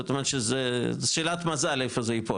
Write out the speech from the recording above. זאת אומרת שזה שאלת מזל איפה זה ייפול,